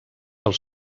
els